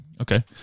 Okay